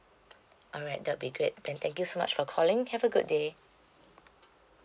alright that would be great then thank you so much for calling have a good day